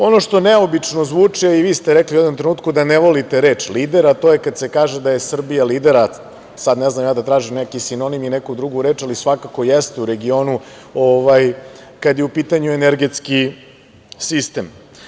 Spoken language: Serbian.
Ono što neobično zvuči, a i vi ste rekli u jednom trenutku da ne volite reč „lider“, a to je kad se kaže da je Srbija lider, a sad ne znam ja da tražim neki sinonim i neku drugu reč, ali svakako jeste u regionu kada je u pitanju energetski sistem.